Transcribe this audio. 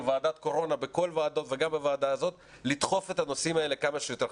בוועדת קורונה וגם בוועדה הזאת לדחוף את הנושאים האלה כמה שיותר חזק,